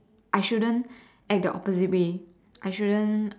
I shouldn't act the opposite way I shouldn't